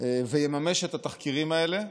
ויממש את התחקירים האלה,